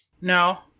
No